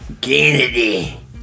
Kennedy